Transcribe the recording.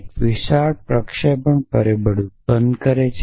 તે એક વિશાળ લૌંચિંગ ફેક્ટર ઉત્પન્ન કરે છે